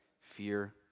fear